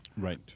Right